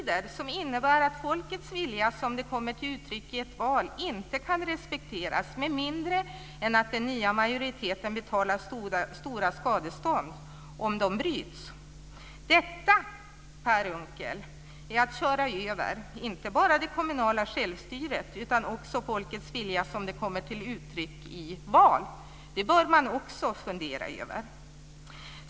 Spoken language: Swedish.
Det innebär att folkets vilja som den kommer till uttryck i ett val inte kan respekteras med mindre än att den nya majoriteten betalar stora skadestånd om kontrakten bryts. Detta, Per Unckel, är att köra över inte bara det kommunala självstyret utan också folkets vilja som den kommer till uttryck i ett val. Det bör man också fundera över. Fru talman!